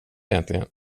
egentligen